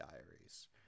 Diaries